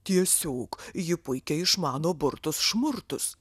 tiesiog ji puikiai išmano burtus šmurtus